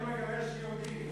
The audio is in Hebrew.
יהודי לא מגרש יהודי.